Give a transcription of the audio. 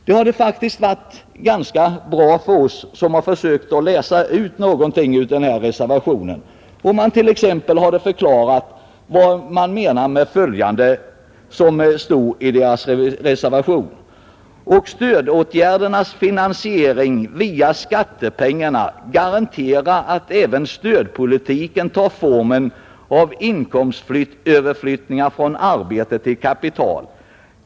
Det hade faktiskt varit bra för oss som har försökt läsa ut någonting ur den om han t.ex. hade förklarat vad som menas med följande: ”Och stödåtgärdernas finansiering via skattepengarna garanterar att även stödpolitiken tar formen av inkomstöverflyttning från arbete till kapital.